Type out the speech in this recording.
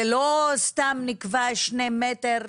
זה לא סתם נקבע שני מטרים,